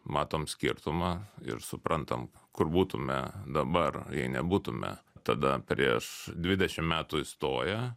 matom skirtumą ir suprantam kur būtume dabar jei nebūtume tada prieš dvidešim metų įstoję